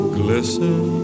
glisten